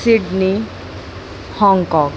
Sydney Hong Kong